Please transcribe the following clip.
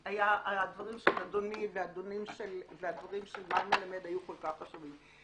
הדברים של אדוני והדברים של מר מלמד היו כל כך חשובים.